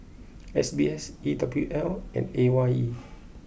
S B S E W L and A Y E